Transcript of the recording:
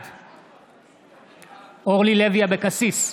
בעד אורלי לוי אבקסיס,